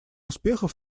успехов